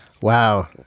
Wow